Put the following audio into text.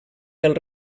del